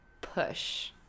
Push